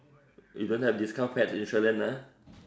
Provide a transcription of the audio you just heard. you don't have discount pet insurance ah